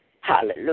Hallelujah